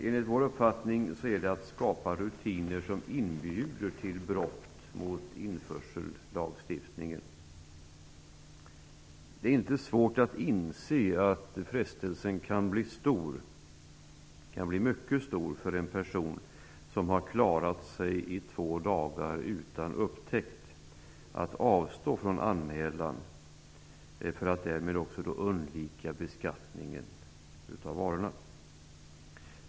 Enligt vår uppfattning är detta att skapa rutiner som inbjuder till brott mot införsellagstiftningen. det är inte svårt att inse att frestelsen kan bli mycket stor för en person som har klarat sig i två dagar utan upptäckt att avstå från anmälan för att därmed undvika beskattning av varorna.